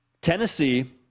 Tennessee